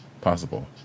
possible